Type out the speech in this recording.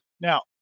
Now